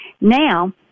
now